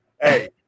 Hey